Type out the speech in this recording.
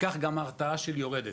וכך גם ההרתעה שלי יורדת.